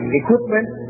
equipment